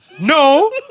No